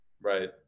Right